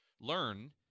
learn